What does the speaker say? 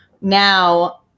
now